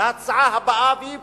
להצעה הבאה, והיא פשוטה,